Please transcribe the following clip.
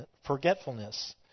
forgetfulness